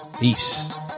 peace